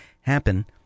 happen